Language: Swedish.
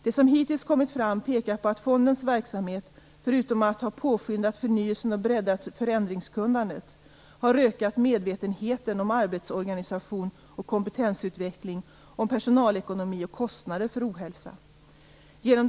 Det som hittills kommit fram pekar på att fondens verksamhet, förutom att ha påskyndat förnyelsen och breddat förändringskunnandet, har ökat medvetenheten om arbetsorganisation och kompetensutveckling samt om personalekonomi och kostnader för ohälsa.